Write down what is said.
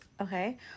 okay